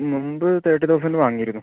മുമ്പ് thirty thousand വാങ്ങിയിരുന്നു